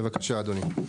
בבקשה אדוני.